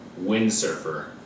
Windsurfer